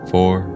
Four